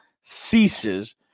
ceases